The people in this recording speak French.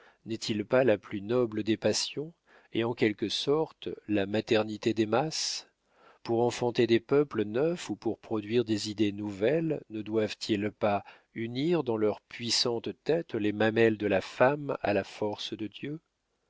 n'est-il pas la plus noble des passions et en quelque sorte la maternité des masses pour enfanter des peuples neufs ou pour produire des idées nouvelles ne doivent-ils pas unir dans leurs puissantes têtes les mamelles de la femme à la force de dieu